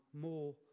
more